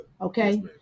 Okay